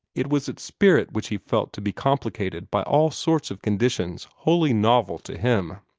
it was its spirit which he felt to be complicated by all sorts of conditions wholly novel to him.